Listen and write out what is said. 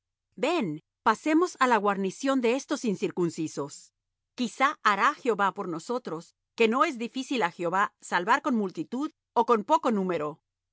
ven pasemos á la guarnición de estos incircuncisos quizá hará jehová por nosotros que no es difícil á jehová salvar con multitud ó con poco número